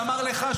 שאמר לך,